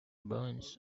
burns